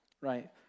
Right